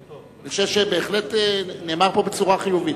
אני חושב שזה בהחלט נאמר פה בצורה חיובית.